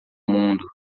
mundo